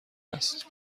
است